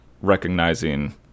recognizing